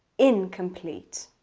incomplete